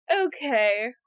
Okay